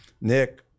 nick